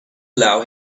allow